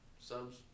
subs